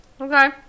Okay